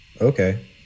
Okay